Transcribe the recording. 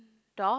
top